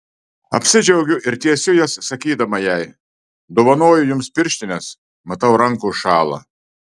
apsidžiaugiu ir tiesiu jas sakydama jai dovanoju jums pirštines matau rankos šąla